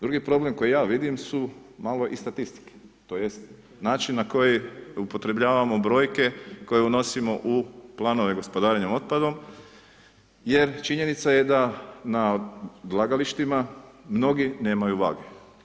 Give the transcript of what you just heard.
Drugi problem koji ja vidim su malo i statistike, tj. način na koji upotrjebljavamo brojke koje unosimo u planove gospodarenja otpadom jer činjenica je da na odlagalištima mnogi nemaju vage.